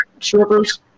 strippers